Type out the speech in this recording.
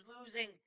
losing